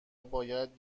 باید